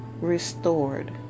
restored